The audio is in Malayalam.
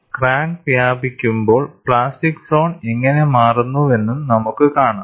ക്രാക്ക് വ്യാപിക്കുമ്പോൾ പ്ലാസ്റ്റിക് സോൺ എങ്ങനെ മാറുന്നുവെന്നും നമുക്ക് കാണാം